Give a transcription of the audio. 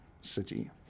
city